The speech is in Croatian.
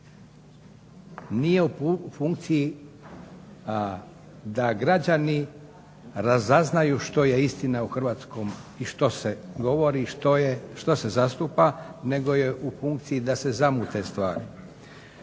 nije u funkciji da građani razaznaju što je istina u hrvatskom i što se govori i što se zastupa, nego je u funkciji da se zamute stvari.